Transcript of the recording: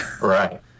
right